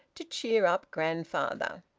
to cheer up grandfather.